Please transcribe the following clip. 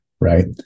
Right